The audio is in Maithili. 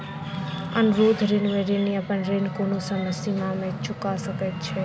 अनुरोध ऋण में ऋणी अपन ऋण कोनो समय सीमा में चूका सकैत छै